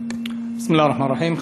בסם אללה א-רחמאן א-רחים.